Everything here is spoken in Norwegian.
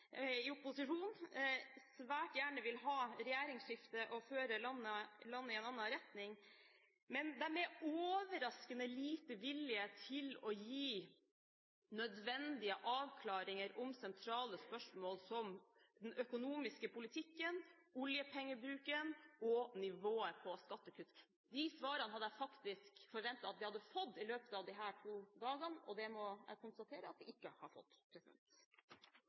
i opposisjon svært gjerne vil ha regjeringsskifte og føre landet i en annen retning, men de er overraskende lite villige til å gi nødvendige avklaringer om sentrale spørsmål som den økonomiske politikken, oljepengebruken og nivået på skattekutt. De svarene hadde jeg faktisk forventet at vi hadde fått i løpet av disse to dagene, men det må jeg konstatere at vi ikke har fått.